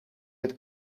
het